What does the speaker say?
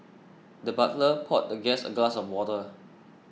the butler poured the guest a glass of water